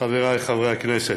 חברי חברי הכנסת,